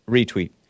Retweet